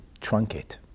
truncate